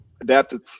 adapted